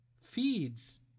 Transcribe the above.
feeds